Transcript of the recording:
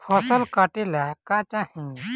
फसल काटेला का चाही?